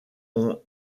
ont